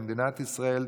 במדינת ישראל,